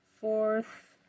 Fourth